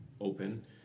open